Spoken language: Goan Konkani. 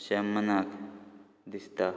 अशें मनाक दिसता